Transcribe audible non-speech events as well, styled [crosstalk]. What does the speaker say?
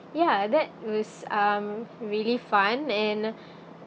ya that was um really fun and [breath]